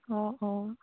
অঁ অঁ